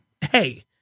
hey